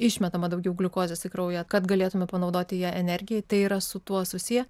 išmetama daugiau gliukozės į kraują kad galėtume panaudoti ją energijai tai yra su tuo susiję